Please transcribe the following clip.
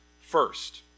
first